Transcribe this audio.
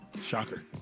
Shocker